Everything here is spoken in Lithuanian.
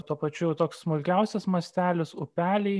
tuo pačiu toks smulkiausias mastelis upeliai